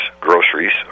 groceries